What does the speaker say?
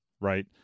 right